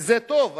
וזה טוב,